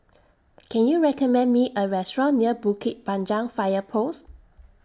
Can YOU recommend Me A Restaurant near Bukit Panjang Fire Post